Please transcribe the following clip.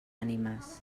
ànimes